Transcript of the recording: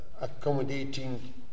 accommodating